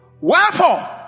wherefore